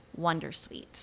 Wondersuite